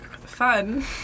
fun